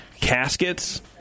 caskets